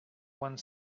one